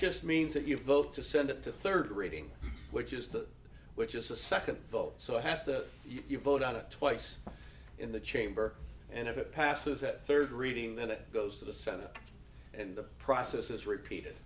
just means that you vote to send it to third reading which is the which is the second vote so it has to you vote on it twice in the chamber and if it passes that third reading then it goes to the senate and the process is repeated